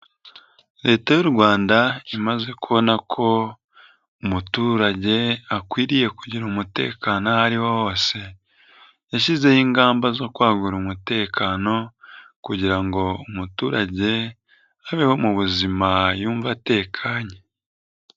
Leta y'u Rwanda imaze kubona ko umuturage akwiriye kugira umutekano aho ariho hose, yashyizeho ingamba zo kwagura umutekano kugira ngo umuturage abeho mu buzima yumva atekanye.